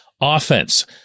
offense